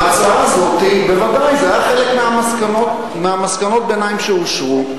בוודאי, זה היה חלק ממסקנות הביניים שאושרו.